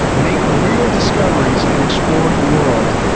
make real discoveries, and explore the world.